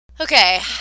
Okay